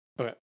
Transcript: Okay